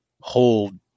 hold